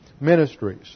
ministries